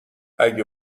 اگه